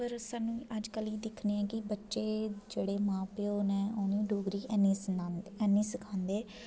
पर सानू अज्जकल एह् दिक्खने गी बच्चे जेह्ड़े मां प्यौ न उ'नें डोगरी हैनी सनांदे हैनी सखांदे